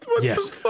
yes